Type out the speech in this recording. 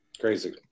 Crazy